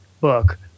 book